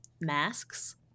masks